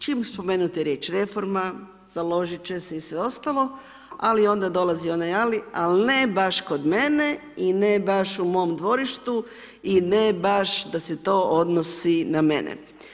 Čim spomenete riječ reforma založiti će se i sve ostalo ali onda dolazi onaj ali, ali ne baš kod mene i ne baš u mom dvorištu i ne baš da se to odnosi na mene.